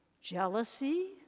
jealousy